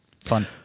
Fun